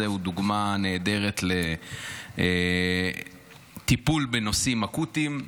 הוא דוגמה נהדרת לטיפול בנושאים אקוטיים.